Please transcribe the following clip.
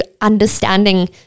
understanding